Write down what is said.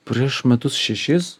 prieš metus šešis